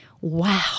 wow